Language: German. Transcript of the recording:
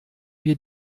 wir